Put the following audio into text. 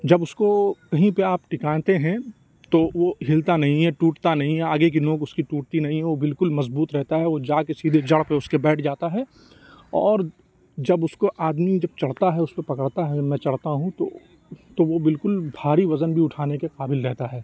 جب اس کو کہیں پہ آپ ٹکاتے ہیں تو وہ ہلتا نہیں ہے ٹوٹتا نہیں ہے آگے کی نوک اس کی ٹوٹتی نہیں ہے وہ بالکل مضبوط رہتا ہے وہ جا کے سیدھے جڑ پہ اس کے بیٹھ جاتا ہے اور جب اس کو آدمی جب چڑھتا ہے اس کو پکڑتا ہے میں چڑھتا ہوں تو تو وہ بالکل بھاری وزن بھی اٹھانے کے قابل رہتا ہے